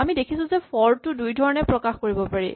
আমি দেখিছো যে ফৰ টো দুই ধৰণে প্ৰকাশ কৰিব পাৰি